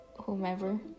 whomever